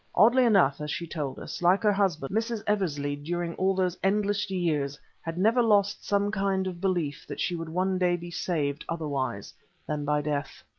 oddly enough, as she told us, like her husband, mrs. eversley during all those endless years had never lost some kind of belief that she would one day be saved otherwise than by death.